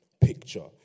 picture